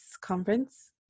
conference